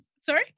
Sorry